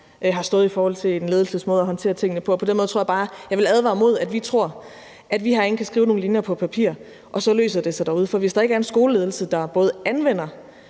har stået i forhold til en ledelses måde at håndtere tingene på, og på den måde tror jeg bare, at jeg vil advare imod, at vi tror, at vi herinde kan skrive nogle linjer på papir, og så løser det sig derude. For hvis der ikke er en skoleledelse, der både anvender